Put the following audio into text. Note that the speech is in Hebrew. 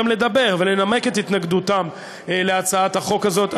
לדבר ולנמק את התנגדותם להצעת החוק הזאת.